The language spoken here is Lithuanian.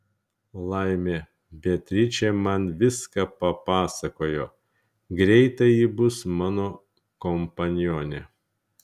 laimė beatričė man viską papasakoja greitai ji bus mano kompanionė